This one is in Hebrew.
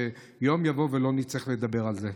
שיום יבוא ולא נצטרך לדבר על זה.